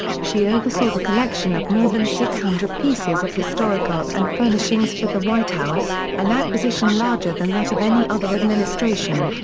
she oversaw the collection of more than six hundred pieces of historic art and furnishings for the white house, an acquisition larger than that of any other administration.